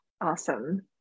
Awesome